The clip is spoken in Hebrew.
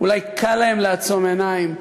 אולי קל להם לעצום עיניים.